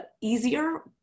Easier